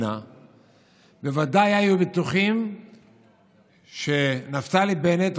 בוודאי היו בטוחים שנפתלי בנט,